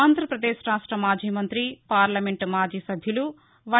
ఆంధ్రాపదేశ్ రాష్ట మాజీ మంతి పార్లమెంట్ మాజీ సభ్యులు వై